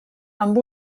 amb